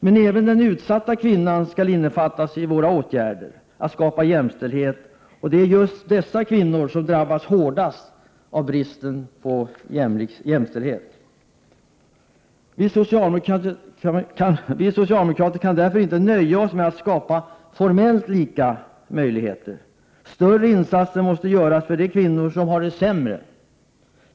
Men även denna utsatta kvinna skall innefattas i våra åtgärder för att skapa jämställdhet, och det är just sådana kvinnor som drabbas hårdast av bristen på jämställdhet. Vi socialdemokrater kan därför inte nöja oss med att skapa formellt lika möjligheter. Större insatser måste göras för de kvinnor som har det sämre.